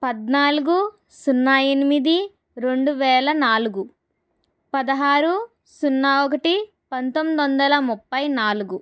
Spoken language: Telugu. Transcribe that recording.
పద్నాలుగు సున్నా ఎనిమిది రెండు వేల నాలుగు పదహారు సున్నా ఒకటి పంతొమ్మిది వందల ముప్పై నాలుగు